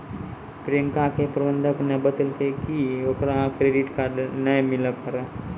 प्रियंका के प्रबंधक ने बतैलकै कि ओकरा क्रेडिट कार्ड नै मिलै पारै